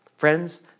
Friends